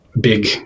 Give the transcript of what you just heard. big